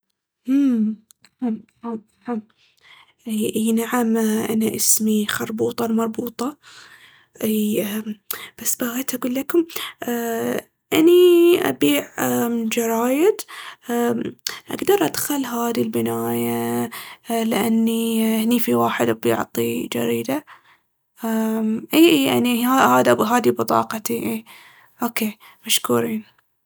هممم، إحم إحم إحم. اي اي نعم انا اسمي خربوطة المربوطة. إي امم بس بغيت اقول ليكم أني أبيع امم جرايد. اممم أقدر أدخل هذي البناية لأني هني في واحد أبي أعطيع جريدة؟ امم أي أي أني هاذي بطاقتي أي. أوكي مشكورين.